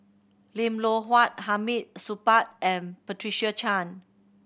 Lim Loh Huat Hamid Supaat and Patricia Chan